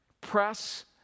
press